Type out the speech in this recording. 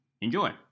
enjoy